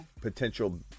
potential